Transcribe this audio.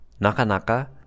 Nakanaka